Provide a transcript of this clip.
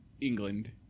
england